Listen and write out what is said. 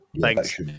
thanks